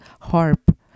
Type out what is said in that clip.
harp